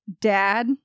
dad